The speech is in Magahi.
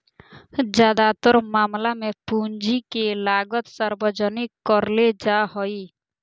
ज्यादातर मामला मे पूंजी के लागत सार्वजनिक करले जा हाई